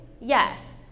Yes